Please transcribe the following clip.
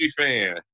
fan